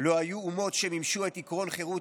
מעולם לא היו אומות שמימשו את עקרון חירות